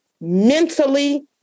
mentally